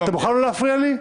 אתה מוכן לא להפריע לי?